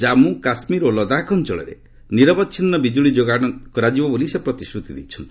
ଜମ୍ମୁ କାଶ୍ମୀର ଓ ଲଦାଖ୍ ଅଞ୍ଚଳରେ ନିରବଚ୍ଛିନ୍ନ ବିକ୍କୁଳି ଯୋଗାଇ ଦିଆଯିବ ବୋଲି ସେ ପ୍ରତିଶ୍ରତି ଦେଇଛନ୍ତି